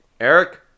Eric